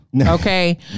Okay